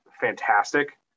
fantastic